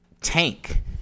tank